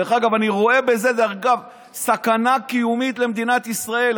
דרך אגב, אני רואה בזה סכנה קיומית למדינת ישראל.